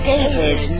David